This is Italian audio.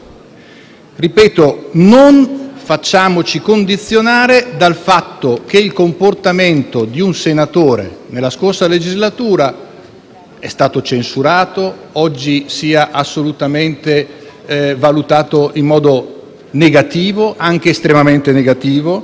Ripeto, non facciamoci condizionare dal fatto che il comportamento di un senatore nella scorsa legislatura sia stato censurato e oggi sia assolutamente valutato in modo negativo, anche estremamente negativo.